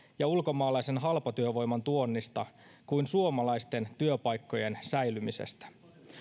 ja ulkomaalaisen halpatyövoiman tuonnista kuin suomalaisten työpaikkojen säilymisestä